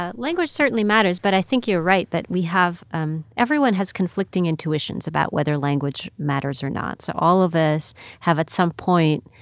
ah language certainly matters. but i think you're right that we have um everyone has conflicting intuitions about whether language matters or not. so all of us have, at some point,